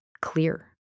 clear